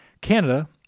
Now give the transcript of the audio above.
Canada